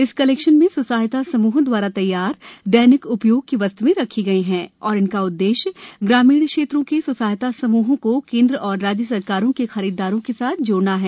इस कलेक्शन में स्व सहायता समूहों द्वारा तैयार दैनिक उपयोग की वस्त्एं रखी गई हैं और इसका उद्देश्य ग्रामीण क्षेत्रों के स्व सहायता समूहों को केन्द्र और राज्य सरकारों के खरीदारों के साथ जोड़ना है